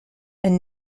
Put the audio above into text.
and